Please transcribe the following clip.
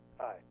Hi